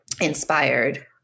inspired